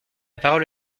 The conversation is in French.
parole